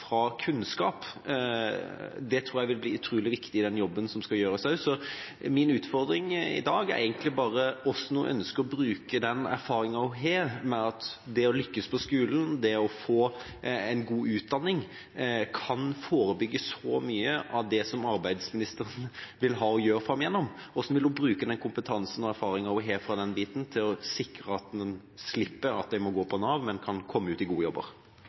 fra kunnskap, vil bli utrolig viktig også i den jobben som nå skal gjøres. Min utfordring til statsråden i dag er egentlig bare hvordan hun ønsker å bruke den erfaringa hun har med at det å lykkes på skolen, det å få en god utdanning, kan forebygge så mye av det arbeidsministeren vil ha å gjøre framover. Hvordan vil statsråden bruke den kompetansen og erfaringa hun har fra dette, for å sikre at man slipper å gå på Nav, men kan komme ut i gode jobber?